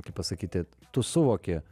kaip pasakyti tu suvoki